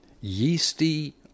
yeasty